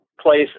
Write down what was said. place